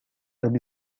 أبي